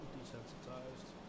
Desensitized